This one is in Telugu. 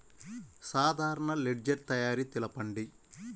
సాధారణ లెడ్జెర్ తయారి తెలుపండి?